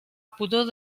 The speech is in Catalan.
pudor